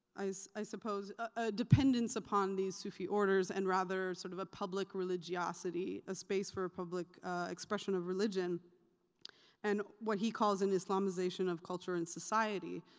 i so i suppose, a dependence upon these sufi orders and rather sort of a public religiosity, a space for public expression of religion and what he calls an islamization of culture and society.